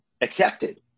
accepted